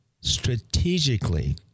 strategically